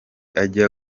ajya